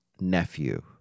nephew